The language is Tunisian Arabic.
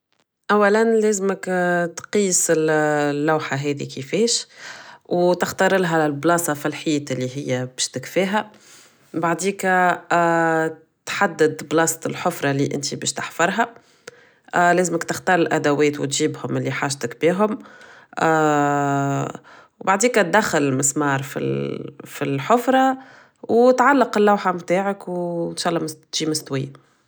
اولا لازمك تقيس اللوحة هادي كيفاش و تختارلها بلاصة فالحيط اللي هي باش تكفيها بعديكا تحدد بلاصة الحفرة اللي انت باش تحفرها لازمك تختار الادوات و تجيبهم اللي حاجتك بيهم بعديك تدخل المسمار فالحفرة و تعلق اللوحة متاعك و ان شاء الله تجي مستوية